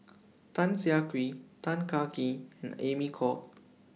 Tan Siah Kwee Tan Kah Kee and Amy Khor